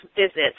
visits